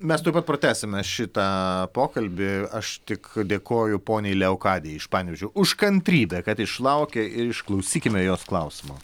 mes tuoj pat pratęsime šitą pokalbį aš tik dėkoju poniai leokadijai iš panevėžio už kantrybę kad išlaukė ir išklausykime jos klausimo